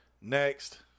Next